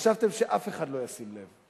חשבתם שאף אחד לא ישים לב.